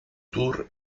tour